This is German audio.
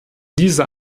dieser